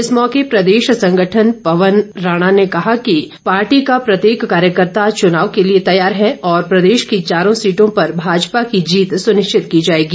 इस मौके प्रदेश संगठन पवन राणा ने कहा कि पार्टी का प्रत्येक कार्यकर्ता चुनाव के लिए तैयार है और प्रदेश की चारों सीटों पर भाजपा की जीत सुनिश्चित की जाएगी